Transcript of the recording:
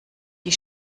die